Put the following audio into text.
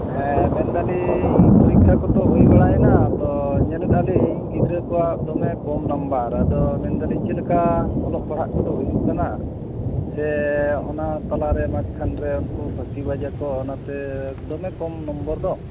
ᱦᱮᱸ ᱢᱮᱱ ᱮᱫᱟᱞᱤᱧ ᱯᱚᱨᱤᱠᱷᱟ ᱠᱚᱛᱚ ᱦᱩᱭ ᱵᱟᱲᱟᱭᱮᱱᱟ ᱛᱳ ᱧᱮᱞᱮᱜᱼᱟ ᱞᱤᱧ ᱜᱤᱫᱽᱨᱟᱹ ᱠᱚᱣᱟᱜ ᱫᱚᱢᱮ ᱠᱚᱢ ᱱᱟᱢᱵᱟᱨ ᱟᱫᱚ ᱢᱮᱱᱮᱫᱟᱹᱞᱤᱧ ᱪᱮᱫ ᱞᱮᱠᱟ ᱚᱞᱚᱜ ᱯᱟᱲᱦᱟᱜ ᱠᱚᱫᱚ ᱦᱩᱭᱩᱜ ᱠᱟᱱᱟ ᱥᱮ ᱚᱱᱟ ᱛᱟᱞᱟᱨᱮ ᱢᱟᱡᱷ ᱠᱷᱟᱱ ᱨᱮ ᱩᱱᱠᱩ ᱯᱷᱟᱹᱠᱤ ᱵᱟᱡᱟᱠᱚ ᱚᱱᱟᱛᱮ ᱫᱚᱢᱮ ᱠᱚᱢ ᱱᱚᱢᱵᱚᱨ ᱫᱚ